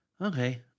okay